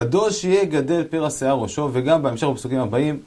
גדול שיהיה גדל פרא שיער ראשו וגם בהמשך בפסוקים הבאים.